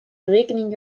rekening